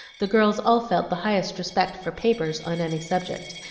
the girls all felt the highest respect for papers on any subject,